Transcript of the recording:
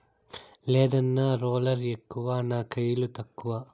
లేదన్నా, రోలర్ ఎక్కువ నా కయిలు తక్కువ